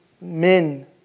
men